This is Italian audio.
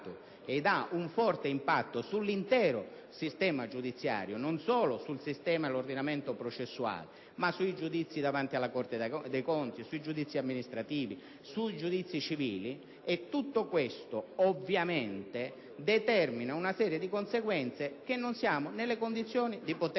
un forte impatto non solo sull'intero sistema giudiziario e sull'ordinamento processuale, ma anche sui giudizi davanti alla Corte dei conti, sui giudizi amministrativi e su quelli civili. Tutto questo ovviamente determina una serie di conseguenze che non siamo nelle condizioni di poter